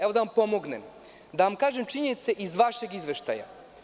Evo, da vam pomognem, da vam kažem činjenice iz vašeg izveštaja.